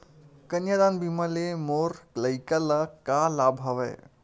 कन्यादान बीमा ले मोर लइका ल का लाभ हवय?